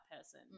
person